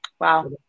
Wow